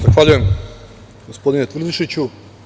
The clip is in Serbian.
Zahvaljujem gospodine Tvrdišiću.